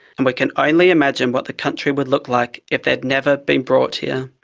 and we can only imagine what the country would look like if they'd never been brought here.